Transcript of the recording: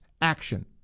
action